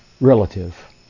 relative